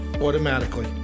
automatically